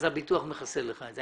הביטוח מכסה לך את זה.